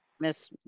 miss